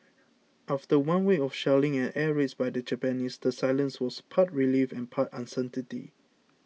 after one week of shelling and air raids by the Japanese the silence was part relief and part uncertainty